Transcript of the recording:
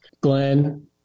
glenn